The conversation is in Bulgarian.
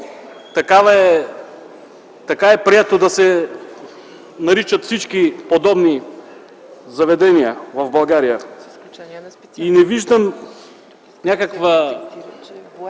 така е прието да се наричат всички подобни заведения в България и не виждам някаква